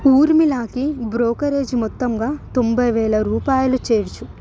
ఊర్మిళకి brokerage మొత్తంగా తొంభై వేల బయివేలు రూపాయలు చేర్చు